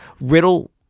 Riddle